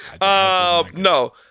no